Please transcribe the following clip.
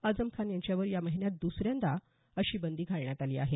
आजमखान यांच्यावर या महिन्यात दुसऱ्यांदा अशी बंदी घालण्यात आली आहे